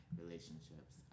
relationships